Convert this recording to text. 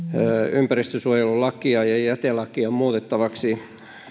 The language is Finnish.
ympäristönsuojelulakia ja jätelakia muutettavaksi siten